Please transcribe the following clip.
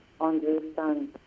understand